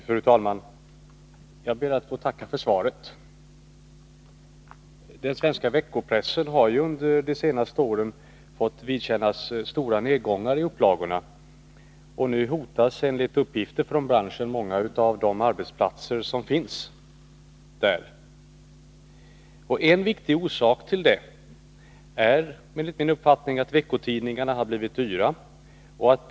Fru talman! Jag ber att få tacka för svaret. Den svenska veckopressen har under de senaste åren fått vidkännas stora nedgångar i upplagorna, och nu hotas enligt uppgifter från branschen många En viktig orsak till detta är enligt min uppfattning att veckotidningarna har Måndagen den blivit dyra.